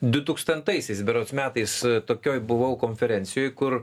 du tūkstantaisiais berods metais tokioj buvau konferencijoj kur